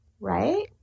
right